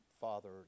father